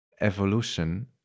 Evolution